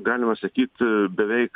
galima sakyt beveik